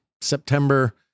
September